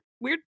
weird